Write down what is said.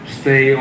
stay